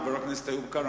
חבר הכנסת איוב קרא,